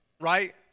right